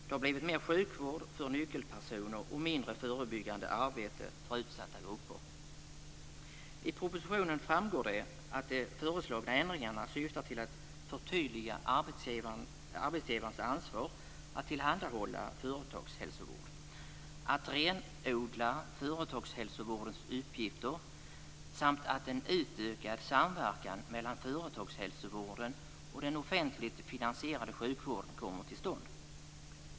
Det har blivit mer sjukvård för nyckelpersoner och mindre förebyggande arbete för utsatta grupper. I propositionen framgår det att de föreslagna ändringarna syftar till att förtydliga arbetsgivarens ansvar att tillhandahålla företagshälsovård, att renodla företagshälsovårdens uppgifter samt att en utökad samverkan mellan företagshälsovården och den offentligt finansierade sjukvården kommer till stånd.